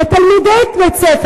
לתלמידי בית-ספר,